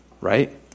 right